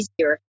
easier